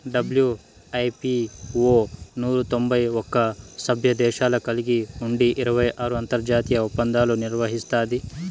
WIPO నూరు తొంభై ఒక్క సభ్యదేశాలు కలిగి ఉండి ఇరవై ఆరు అంతర్జాతీయ ఒప్పందాలు నిర్వహిస్తాది